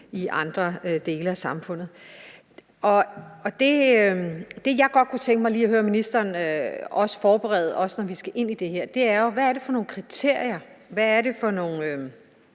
i andre dele af samfundet. Det, jeg godt kunne tænke mig lige at høre ministeren til, også i forhold til at forberede, at vi skal ind i det her, er, hvad det er for nogle kriterier, hvad det er for nogle,